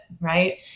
Right